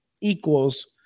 equals